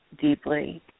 deeply